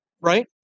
right